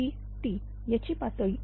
Tt याची 0